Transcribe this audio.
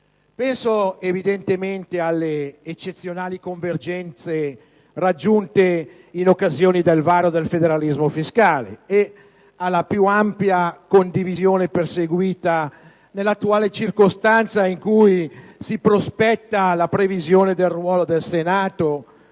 Penso, evidentemente, alle eccezionali convergenze raggiunte in occasione del varo del federalismo fiscale e alla più ampia condivisione perseguita nell'attuale circostanza, in cui si prospetta la revisione del ruolo del Senato